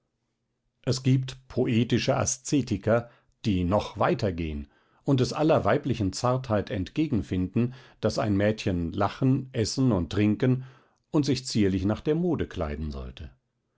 es gibt poetische aszetiker die noch weiter gehen und es aller weiblichen zartheit entgegen finden daß ein mädchen lachen essen und trinken und sich zierlich nach der mode kleiden sollte